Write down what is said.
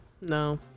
No